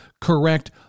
correct